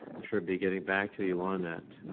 i'm sure be getting back to you on that.